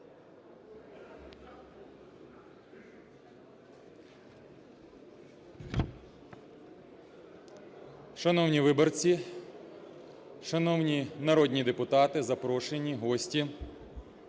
Шановні виборці, шановні народні депутати, запрошені, гості!